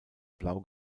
blau